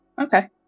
Okay